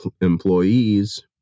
employees